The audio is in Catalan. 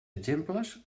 exemples